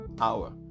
hour